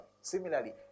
Similarly